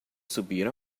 subiram